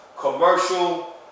Commercial